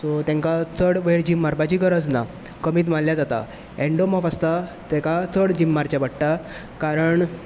तेंका चड वेळ जीम मारपाची गरज ना कमीच मारल्यार जाता एन्डोमोर्फ आसता तेका चड जीम मारपाचें आसता कारण